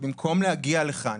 שבמקום להגיע לכאן,